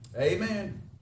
Amen